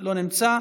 לא נמצא,